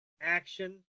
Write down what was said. action